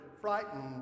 frightened